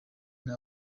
nta